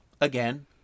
again